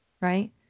right